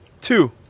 Two